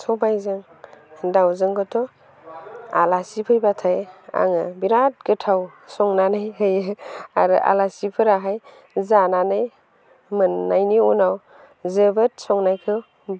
सबायजों दाउजोंखौथ' आलासि फैबाथाय आङो बिराद गोथाव संनानै होयो आरो आलासिफोराहाय जानानै मोननायनि उनाव जोबोद संनायखौ